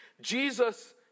Jesus